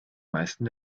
meisten